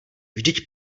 vždyť